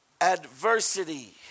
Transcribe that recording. adversity